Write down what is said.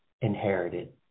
inherited